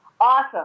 Awesome